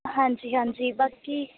ਹਾਂਜੀ ਹਾਂਜੀ ਬਾਕੀ